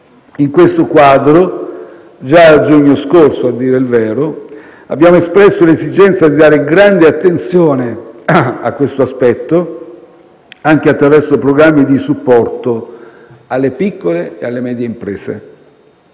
In questo quadro - già a giugno scorso, a dire il vero - abbiamo espresso l'esigenza di dare grande attenzione a tale aspetto, anche attraverso programmi di supporto alle piccole e medie imprese.